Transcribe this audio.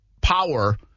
power